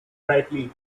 brightly